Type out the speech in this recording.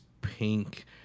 pink